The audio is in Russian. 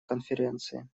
конференции